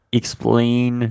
explain